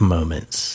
Moments